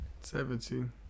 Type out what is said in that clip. Seventeen